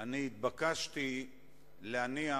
ובכן, ניגש להצבעה.